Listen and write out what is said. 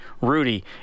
Rudy